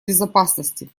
безопасности